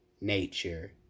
nature